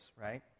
right